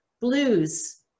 blues